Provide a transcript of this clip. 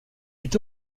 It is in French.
est